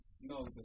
No